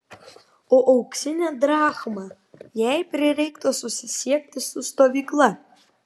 o auksinę drachmą jei prireiktų susisiekti su stovykla